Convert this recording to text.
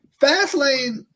Fastlane